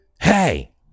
hey